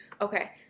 okay